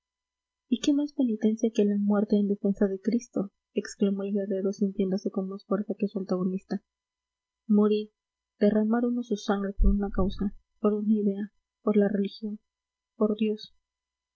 y qué más penitencia que la muerte en defensa de cristo exclamó el guerrero sintiéndose con más fuerza que su antagonista morir derramar uno su sangre por una causa por una idea por la religión por dios